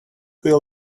will